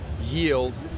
yield